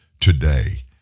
today